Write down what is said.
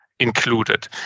included